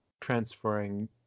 transferring